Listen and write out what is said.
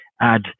add